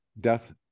death